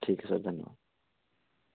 ठीक है सर धन्यवाद